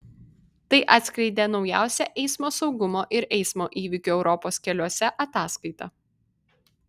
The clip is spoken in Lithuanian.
tai atskleidė naujausia eismo saugumo ir eismo įvykių europos keliuose ataskaita